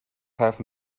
have